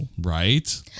Right